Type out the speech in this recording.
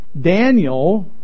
Daniel